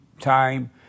time